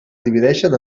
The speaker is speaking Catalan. divideixen